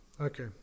Okay